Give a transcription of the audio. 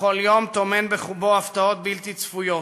וכל יום טומן בחובו הפתעות בלתי צפויות,